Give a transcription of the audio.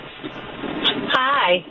Hi